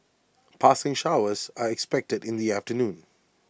passing showers are expected in the afternoon